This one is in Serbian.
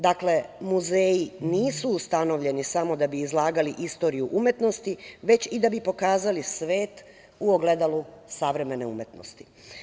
Dakle, muzeji nisu ustanovljeni samo da bi izlagali istoriju umetnosti, već i da bi pokazali svet u ogledalu savremene umetnosti.